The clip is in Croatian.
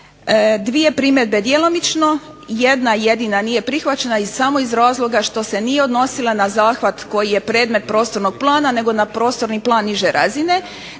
dvije primjedbe djelomično. Jedna jedina nije prihvaćena i samo iz razloga što se nije odnosila na zahvat koji je predmet prostornog plana, nego na prostorni plan niže razine,